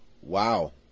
Wow